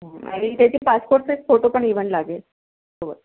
आणि त्याचे पासपोर्टचे फोटो पण इव्हन लागेल सोबत